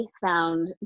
found